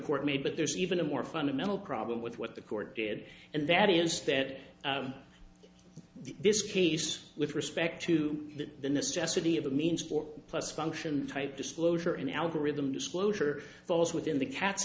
court made but there's even a more fundamental problem with what the court did and that is that this case with respect to the necessity of a means or plus function type disclosure in algorithm disclosure falls within the ca